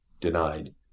denied